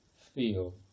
feel